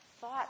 thought